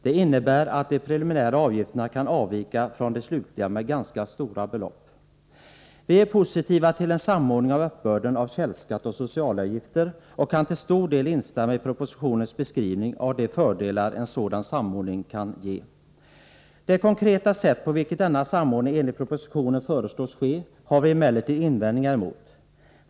Det innebär att de preliminära avgifterna kan avvika från de slutliga med ganska stora belopp. Vi är positiva till en samordning av uppbörden av källskatt och socialavgifter och kan till stor del instämma i propositionens beskrivning av de fördelar en sådan samordning kan ge. Det konkreta sätt på vilket denna samordning enligt propositionen föreslås ske har vi emellertid invändningar emot.